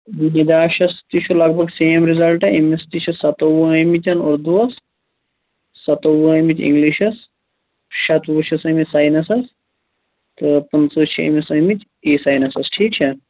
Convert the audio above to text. نِداشس تہِ چھُ لگ بگ سیم رِزٕلٹہٕ أمِس تہِ چھُ سَتووُہ آمِتۍ اُردوہَس سَتووُہ آمِتۍ اِنگلِشس شتوُہ چھِس آمِتۍ سایِنَسس تہٕ پٍنٛژٕ چھِ أمِس آمِتۍ اِی سایِنَسس ٹھیٖک چھا